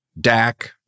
Dak